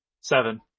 Seven